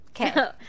Okay